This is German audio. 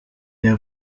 der